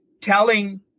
telling